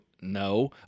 no